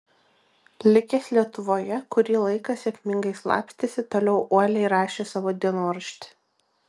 likęs lietuvoje kurį laiką sėkmingai slapstėsi toliau uoliai rašė savo dienoraštį